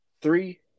three